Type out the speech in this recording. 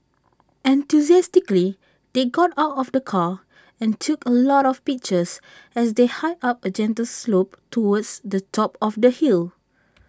enthusiastically they got out of the car and took A lot of pictures as they hiked up A gentle slope towards the top of the hill